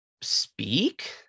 speak